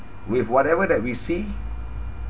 with whatever that we see